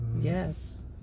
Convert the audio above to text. Yes